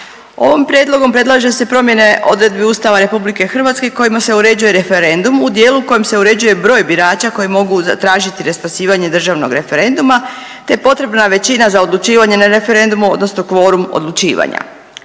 Ovom prijedlogom predlaže se promjene odredbi Ustava RH kojima se uređuje referendum u dijelu kojim se uređuje broj birača koji mogu zatražiti raspisivanje državnog referenduma, te je potrebna većina za odlučivanje na referendumu odnosno kvorum odlučivanja.